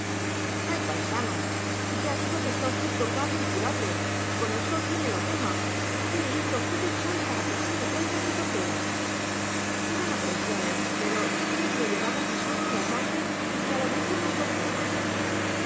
ay paisano ya digo que está usted tocado incurable con el sol tiene la tema qué le hizo a usted el sol para que así lo traiga al retortero serán aprensiones pero yo creo que lo llevamos disuelto en la sangre y que a lo mejor nos trastorna